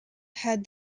had